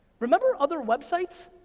remember other websites?